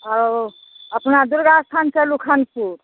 आओर अपना दुर्गाअस्थान चलू खनपु